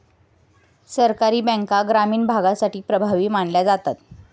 सहकारी बँका ग्रामीण भागासाठी प्रभावी मानल्या जातात